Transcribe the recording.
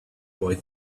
boy